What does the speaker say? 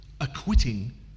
acquitting